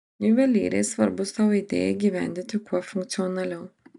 juvelyrei svarbu savo idėją įgyvendinti kuo funkcionaliau